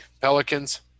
Pelicans